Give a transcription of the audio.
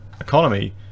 economy